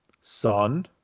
Son